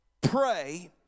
pray